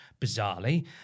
bizarrely